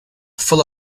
full